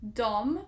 dom